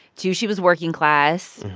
two, she was working-class.